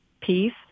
peace